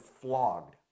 flogged